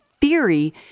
theory